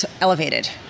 elevated